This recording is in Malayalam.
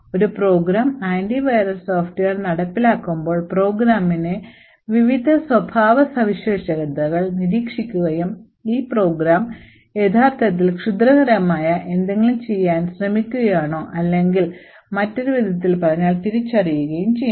ഒരു പ്രോഗ്രാം ആന്റി വൈറസ് സോഫ്റ്റ്വെയർ നടപ്പിലാക്കുമ്പോൾ പ്രോഗ്രാമിന്റെ വിവിധ സ്വഭാവസവിശേഷതകൾ നിരീക്ഷിക്കുകയും ഈ പ്രോഗ്രാം യഥാർത്ഥത്തിൽ ക്ഷുദ്രകരമായ എന്തെങ്കിലും ചെയ്യാൻ ശ്രമിക്കുകയാണോ അല്ലെങ്കിൽ മറ്റൊരു വിധത്തിൽ പറഞ്ഞാൽ തിരിച്ചറിയുകയും ചെയ്യും